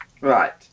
Right